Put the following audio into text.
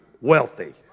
wealthy